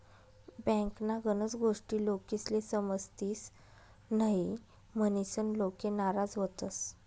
बँकन्या गनच गोष्टी लोकेस्ले समजतीस न्हयी, म्हनीसन लोके नाराज व्हतंस